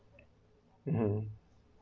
mmhmm